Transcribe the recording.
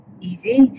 easy